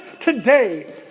today